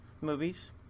movies